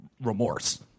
remorse